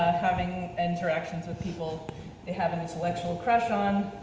having interactions with people they have an intellectual crush on,